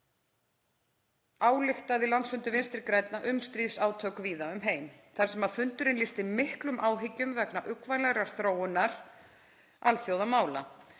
helgi ályktaði landsfundur Vinstri grænna um stríðsátök víða um heim þar sem fundurinn lýsti miklum áhyggjum vegna uggvænlegrar þróunar alþjóðamála.